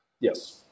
Yes